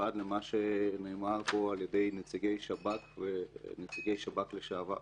במיוחד למה שנאמר פה על ידי נציגי שב"כ ונציגי שב"כ לשעבר.